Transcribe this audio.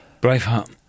Braveheart